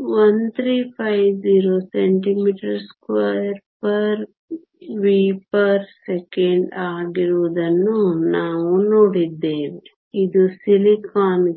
1350 cm2 V 1 s 1 ಆಗಿರುವುದನ್ನು ನಾವು ನೋಡಿದ್ದೇವೆ ಇದು ಸಿಲಿಕಾನ್ಗೆ